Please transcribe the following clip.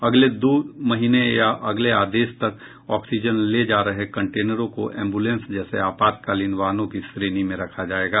अगले दो महीने या अगले आदेश तक ऑक्सीजन ले जा रहे कंटेनरों को एम्बुलेंस जैसे आपातकालीन वाहनों की श्रेणी में रखा जाएगा